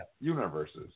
universes